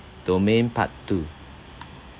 domain part two